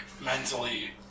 mentally